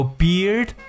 beard